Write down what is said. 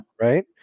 Right